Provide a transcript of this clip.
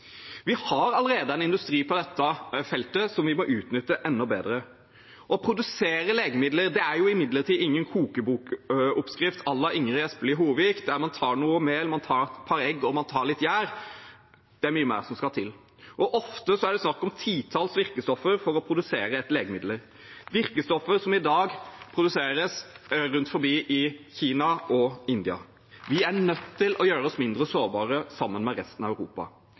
Vi har allerede en industri på dette feltet, som vi må utnytte enda bedre. Å produsere legemidler er imidlertid ingen kokebokoppskrift à la Ingrid Espelid Hovigs, der man tar noe mel, man tar et par egg, og man tar litt gjær. Det er mye mer som skal til. Ofte er det snakk om titalls virkestoffer for å produsere ett legemiddel – virkestoffer som i dag produseres i Kina og India. Vi er nødt til å gjøre oss mindre sårbare sammen med resten av Europa.